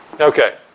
Okay